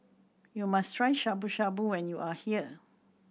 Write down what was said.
you must try Shabu Shabu when you are here